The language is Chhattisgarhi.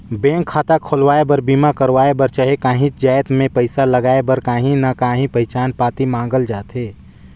बेंक खाता खोलवाए बर, बीमा करवाए बर चहे काहींच जाएत में पइसा लगाए बर काहीं ना काहीं पहिचान पाती मांगल जाथे